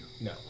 no